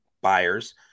Buyers